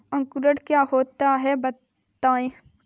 अंकुरण क्या होता है बताएँ?